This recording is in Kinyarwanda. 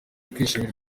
kwishimirwa